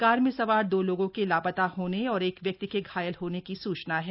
car में सवार दो लोगों के लापता होने और एक व्यक्ति के घायल होने की सूचना है